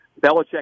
Belichick